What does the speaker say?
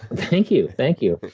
thank you, thank you.